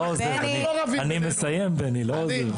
אני מסיים לא עוזב.